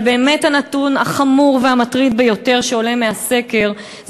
אבל באמת הנתון החמור והמטריד ביותר שעולה מהסקר זה